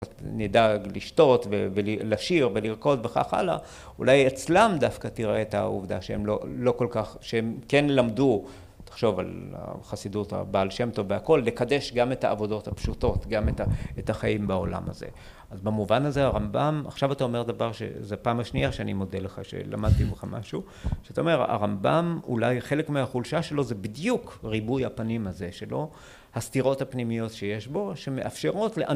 נדע לשתות, ולשיר, ולרקוד, וכך הלאה - אולי אצלם דווקא תראה את העובדה שהם לא... לא כל כך... שהם כן למדו... תחשוב על החסידות הבעל שם טוב והכל, לקדש גם את העבודות הפשוטות, גם את החיים בעולם הזה. אז במובן הזה הרמב״ם... עכשיו אתה אומר דבר, שזה פעם השנייה שאני מודה לך שלמדתי ממך משהו, שאתה אומר, הרמב״ם, אולי חלק מהחולשה שלו זה בדיוק ריבוי הפנים הזה שלו הסתירות הפנימיות שיש בו, שמאפשרות לאנ...